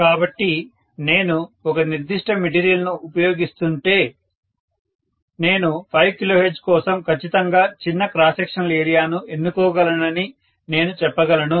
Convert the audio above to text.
కాబట్టి నేను ఒక నిర్దిష్ట మెటీరియల్ ను ఉపయోగిస్తుంటే నేను 5 kHz కోసం ఖచ్చితంగా చిన్న క్రాస్ సెక్షనల్ ఏరియాను ఎన్నుకోగలనని నేను చెప్పగలను